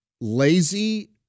lazy